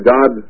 God